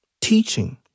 Teaching